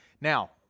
Now